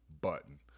button